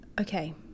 Okay